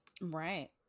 Right